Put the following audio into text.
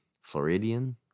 Floridian